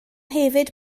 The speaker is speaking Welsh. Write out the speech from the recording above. hefyd